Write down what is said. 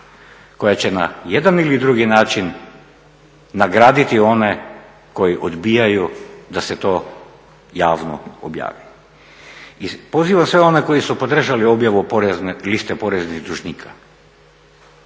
koja će na jedan ili drugi način nagraditi one koji odbijaju da se to javno objavi. I poziva sve one koji su podržali objavu liste poreznih dužnika